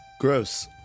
Gross